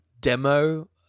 demo